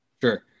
Sure